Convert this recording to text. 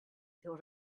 thought